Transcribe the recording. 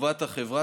לטובת החברה,